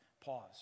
Pause